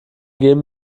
gehen